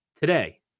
today